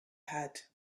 had